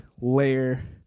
layer